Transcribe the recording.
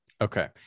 Okay